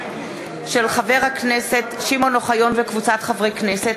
מאת חבר הכנסת שמעון אוחיון וקבוצת חברי הכנסת,